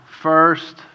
First